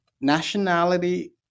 nationality